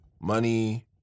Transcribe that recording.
money